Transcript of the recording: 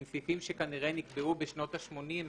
הם סעיפים שכנראה נקבעו בשנות השמונים.